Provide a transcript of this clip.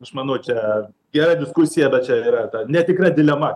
aš manau čia gera diskusija bet čia yra ta netikra dilema